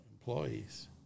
employees